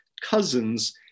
cousins